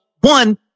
one